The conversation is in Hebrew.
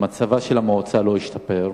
ומצבה של המועצה לא השתפר,